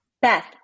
Beth